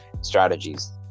strategies